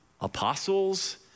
apostles